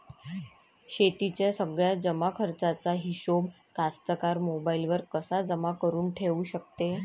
शेतीच्या सगळ्या जमाखर्चाचा हिशोब कास्तकार मोबाईलवर कसा जमा करुन ठेऊ शकते?